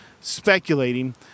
speculating